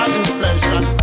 inflation